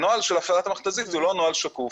הנוהל של הפעלת המכת"זית הוא לא נוהל שקוף.